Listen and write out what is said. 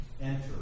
enter